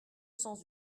sens